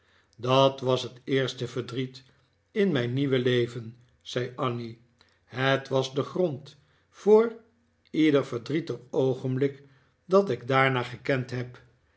dat was het eerste verdriet in mijn nieuwe leven zei annie het was de grond voor ieder verdrietig oogenblik dat ik daarna gekend heb